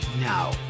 now